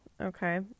okay